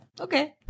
Okay